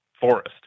forest